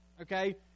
okay